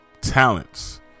talents